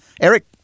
Eric